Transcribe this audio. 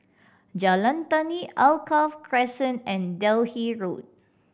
Jalan Tani Alkaff Crescent and Delhi Road